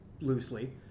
loosely